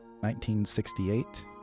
1968